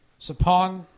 Sapong